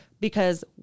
because-